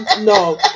No